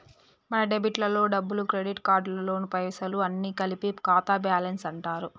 మన డెబిట్ లలో డబ్బులు క్రెడిట్ కార్డులలో పైసలు అన్ని కలిపి ఖాతా బ్యాలెన్స్ అంటారు